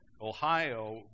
Ohio